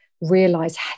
realize